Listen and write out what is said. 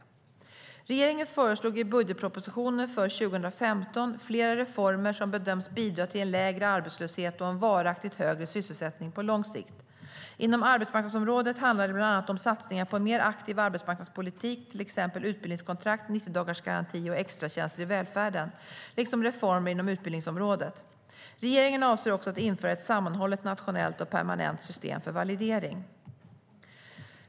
Regeringen föreslog i budgetpropositionen för 2015 flera reformer som bedöms bidra till lägre arbetslöshet och varaktigt högre sysselsättning på lång sikt. Inom arbetsmarknadsområdet handlar det bland annat om satsningar på en mer aktiv arbetsmarknadspolitik - till exempel utbildningskontrakt, 90-dagarsgarantin och extratjänster i välfärden - liksom reformer inom utbildningsområdet. Regeringen avser också att införa ett sammanhållet nationellt och permanent system för validering.